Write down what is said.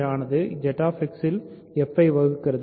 ஆனது ZX இல்fஐ வகுக்கிறது